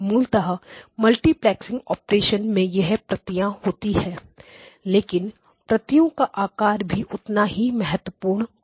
मूलतः multiplexing operation में यह प्रतियां होती है लेकिन प्रतियों का आकार भी उतना ही महत्वपूर्ण है